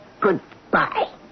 Goodbye